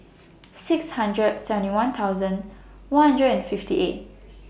six hundred seventy one thousand one hundred and fifty eight